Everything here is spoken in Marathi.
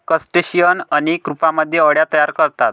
क्रस्टेशियन अनेक रूपांमध्ये अळ्या तयार करतात